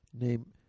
Name